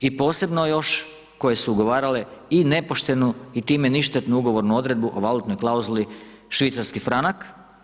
I posebno još koje su ugovarale i nepoštenu i time ništetnu ugovornu odredbu o valutnoj klauzuli švicarski franak.